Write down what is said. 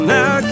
Now